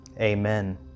Amen